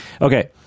Okay